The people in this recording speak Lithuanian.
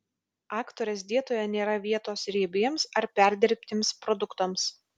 aktorės dietoje nėra vietos riebiems ar perdirbtiems produktams